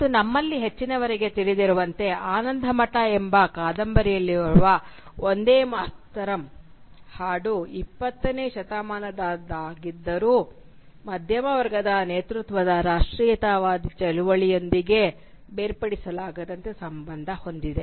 ಮತ್ತು ನಮ್ಮಲ್ಲಿ ಹೆಚ್ಚಿನವರಿಗೆ ತಿಳಿದಿರುವಂತೆ "ಆನಂದಮಠ" ಎಂಬ ಈ ಕಾದಂಬರಿಯಲ್ಲಿರುವ ವಂದೇ ಮಾತರಂ ಹಾಡು 20 ನೇ ಶತಮಾನದುದ್ದಕ್ಕೂ ಮಧ್ಯಮ ವರ್ಗದ ನೇತೃತ್ವದ ರಾಷ್ಟ್ರೀಯತಾವಾದಿ ಚಳವಳಿಯೊಂದಿಗೆ ಬೇರ್ಪಡಿಸಲಾಗದಂತೆ ಸಂಬಂಧ ಹೊಂದಿದೆ